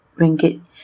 ringgit